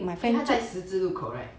因为他在十字路口 right